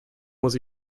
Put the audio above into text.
muss